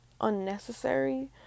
unnecessary